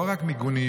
לא רק מיגוניות,